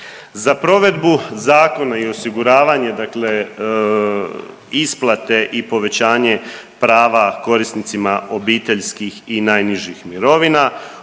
Za provedbu zakona i osiguravanje isplate i povećanje prava korisnicima obiteljskih i najnižih mirovina